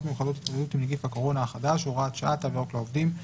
מיוחדות להתמודדות עם נגיף הקורונה החדש (הוראת שעה) (תו